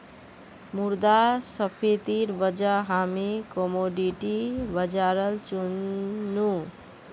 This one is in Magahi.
मुद्रास्फीतिर वजह हामी कमोडिटी बाजारल चुन नु